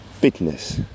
Fitness